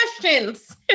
questions